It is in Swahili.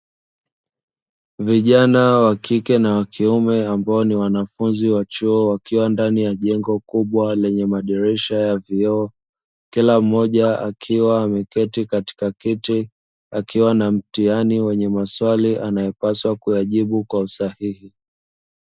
Vijana wa kike na wa kiume, ambao ni wanafunzi wa chuo, wakiwa ndani ya jengo kubwa lenye madirisha ya vioo. Kila mmoja akiwa ameketi katika kiti, akiwa na mtihani wenye maswali anayopaswa kuyajibu kwa usahihi.